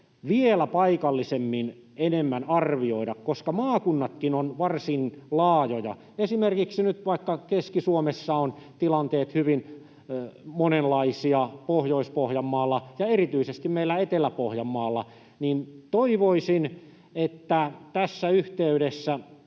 vielä paikallisemmin enemmän arvioida, koska maakunnatkin ovat varsin laajoja. Esimerkiksi nyt vaikka Keski-Suomessa ovat tilanteet hyvin monenlaisia, samoin Pohjois-Pohjanmaalla ja erityisesti meillä Etelä-Pohjanmaalla. Toivoisin, että tässä yhteydessä,